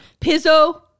Pizzo